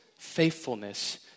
faithfulness